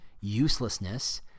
uselessness